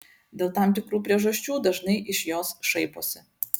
dėl tam tikrų priežasčių dažnai iš jos šaiposi